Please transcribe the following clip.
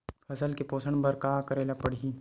फसल के पोषण बर का करेला पढ़ही?